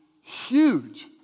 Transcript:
huge